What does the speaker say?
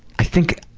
i think